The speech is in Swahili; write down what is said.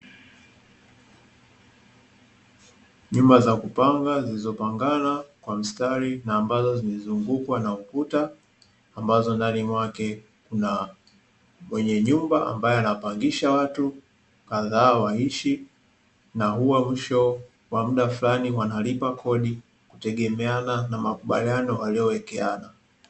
Nyumba za kupanga zilizopangana kwa mstari na ambazo zimezungukwa na ukuta ambazo ndani mwake kuna mwenye nyumba, ambaye anapangisha watu kadhaa waishi ambao mwisho wa mda flani wanalipa kodi kutoka na makubaliano waliyo wekeana.